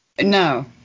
No